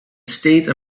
state